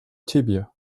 tibia